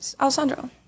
Alessandro